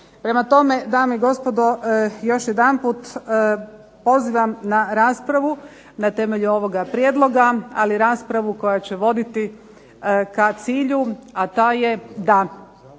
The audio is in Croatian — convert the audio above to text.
Prema tome, dame i gospodo još jedanput pozivam na raspravu na temelju ovoga prijedloga, ali raspravu koja će voditi ka cilju, a ta je da